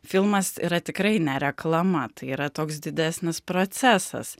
filmas yra tikrai ne reklama tai yra toks didesnis procesas